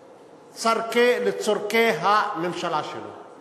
לצורכי הממשלה שלו.